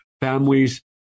Families